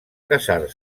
casar